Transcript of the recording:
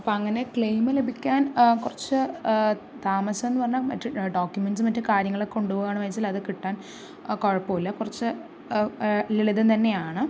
അപ്പം അങ്ങനെ ക്ലൈമ് ലഭിക്കാൻ കുറച്ച് താമസം എന്ന് പറഞ്ഞാൽ മറ്റു ഡോക്യുമെന്റ്സ് മറ്റു കാര്യങ്ങളൊക്കെ കൊണ്ടുപോകാണ് വെച്ചാൽ അത് കിട്ടാൻ കുഴപ്പമില്ല കുറച്ച് ലളിതം തന്നെയാണ്